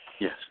Yes